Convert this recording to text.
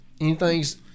anything's